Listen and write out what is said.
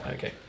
Okay